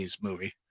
movie